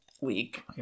week